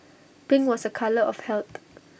pink was A colour of health